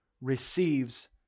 receives